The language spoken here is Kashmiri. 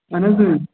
اَہَن حظ